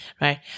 right